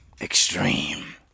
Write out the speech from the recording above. extreme